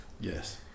Yes